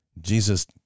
Jesus